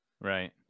Right